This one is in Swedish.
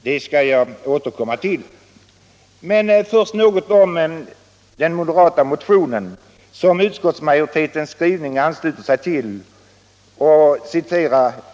Jag skall senare återkomma till den saken. Först vill jag säga något om den moderata motionen, som utskottsmajoritetens skrivning ansluter sig till.